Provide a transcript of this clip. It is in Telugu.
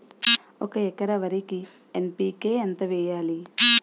ఒక ఎకర వరికి ఎన్.పి కే ఎంత వేయాలి?